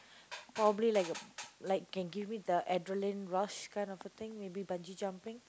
probably like a like can give me the adrenaline rush kind of a thing maybe bungee jumping